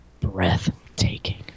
breathtaking